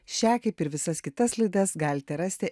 šią kaip ir visas kitas laidas galite rasti